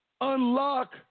unlock